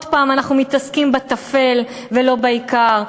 עוד הפעם אנחנו מתעסקים בטפל ולא בעיקר.